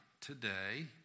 today